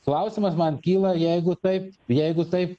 klausimas man kyla jeigu taip jeigu taip